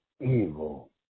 evil